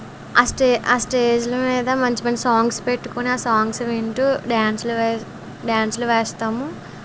ఆ స్టేజ్ ఆ స్టేజ్ల మీద మంచి మంచి సాంగ్స్ పెట్టుకుని ఆ సాంగ్స్ వింటూ డ్యాన్స్లు వె డ్యాన్స్లు వేస్తాము